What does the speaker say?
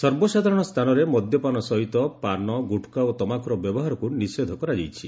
ସର୍ବସାଧାରଣ ସ୍ଥାନରେ ମଦ୍ୟପାନ ସହିତ ପାନ ଗୁଟ୍ଖା ଓ ତମାଖୁର ବ୍ୟବହାରକୁ ନିଷେଧ କରାଯାଇଛି